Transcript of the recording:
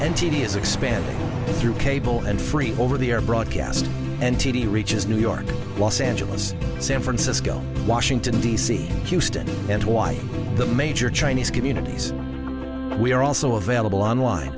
and tedious expanding through cable and free over the air broadcast and t v reaches new york los angeles san francisco washington d c houston and hawaii the major chinese communities we are also available online